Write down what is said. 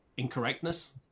incorrectness